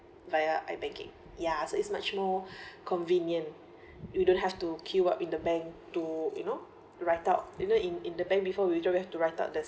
via i-banking ya so it's much more convenient you don't have to queue up in the bank to you know write out you know in in the bank before we actually have to write out the